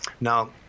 Now